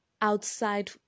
outside